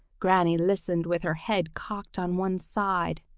granny listened with her head cocked on one side.